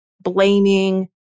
blaming